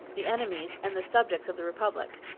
the enemies, and the subjects of the republic.